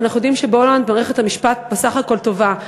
ואנחנו יודעים שבהולנד מערכת המשפט בסך הכול טובה.